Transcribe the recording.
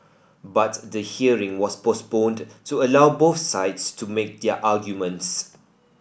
but the hearing was postponed to allow both sides to make their arguments